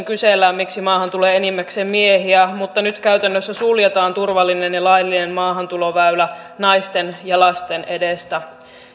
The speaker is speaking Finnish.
kysellään miksi maahan tulee enimmäkseen miehiä mutta nyt käytännössä suljetaan turvallinen ja laillinen maahantuloväylä naisten ja lasten edestä